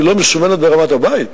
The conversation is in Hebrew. היא לא מסומנת ברמת הבית,